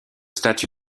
statut